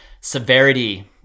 severity